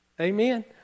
amen